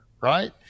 right